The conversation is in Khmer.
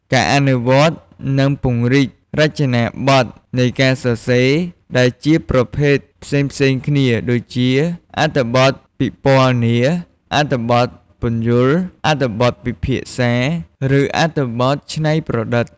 ការអនុវត្ត និងពង្រីករចនាបថនៃការសរសេរដែលជាប្រភេទផ្សេងៗគ្នា ដូចជាអត្ថបទពិពណ៌នា អត្ថបទពន្យល់ អត្ថបទពិភាក្សា ឬអត្ថបទច្នៃប្រឌិត។